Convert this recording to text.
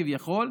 כביכול,